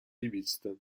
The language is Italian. riviste